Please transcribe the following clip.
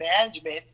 management